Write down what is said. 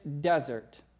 desert